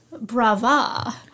bravo